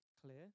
clear